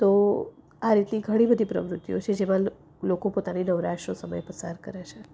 તો આ રીતની ઘણી બધી પ્રવૃતિઓ છે જેમાં લોકો પોતાની નવરાશનો સમય પસાર કરે છે